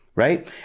Right